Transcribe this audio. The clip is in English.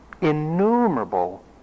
innumerable